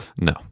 No